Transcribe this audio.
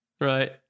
Right